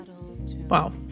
Wow